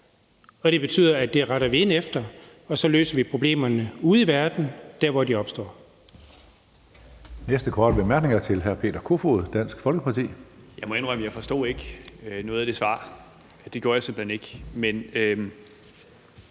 det betyder, at det retter vi ind efter, og at vi så løser problemerne derude i verden, hvor de opstår.